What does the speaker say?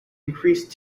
increase